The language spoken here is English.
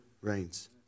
reigns